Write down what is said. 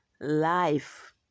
life